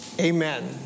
Amen